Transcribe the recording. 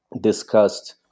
discussed